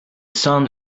sun